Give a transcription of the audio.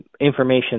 information